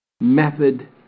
method